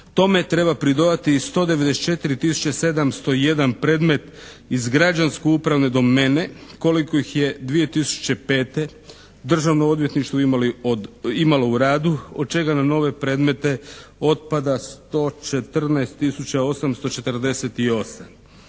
Tome treba pridodati i 194 tisuće i 701 predmet iz građansko-upravne domene koliko ih je 2005. Državno odvjetništvo imalo u radu od čega na nove predmete otpada 114